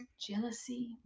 Jealousy